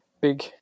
big